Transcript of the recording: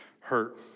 hurt